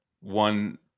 One